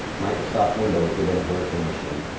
microsoft windows within a virtual machine.